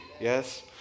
Yes